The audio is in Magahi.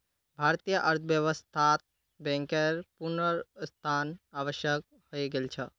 भारतीय अर्थव्यवस्थात बैंकेर पुनरुत्थान आवश्यक हइ गेल छ